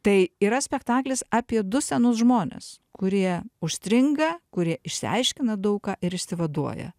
tai yra spektaklis apie du senus žmones kurie užstringa kurie išsiaiškina daug ką ir išsivaduoja